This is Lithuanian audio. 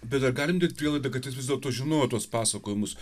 bet ar galim daryt laidą kad jis vis dėlto žinojo tuos pasakojimus